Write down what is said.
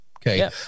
Okay